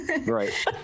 right